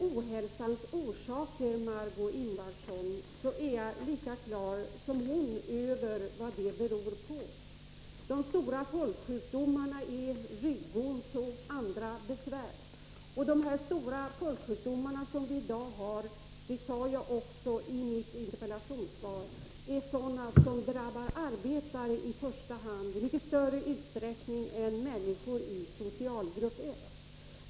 Också jag, Margé Ingvardsson, är på det klara med vad som är ohälsans orsaker. De stora folksjukdomarna är ryggont och andra besvär. Och de stora folksjukdomar som vi i dag har drabbar i mycket större utsträckning arbetare än människor i socialgrupp 1— det sade jag också i mitt interpellationssvar.